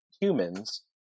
humans